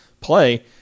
play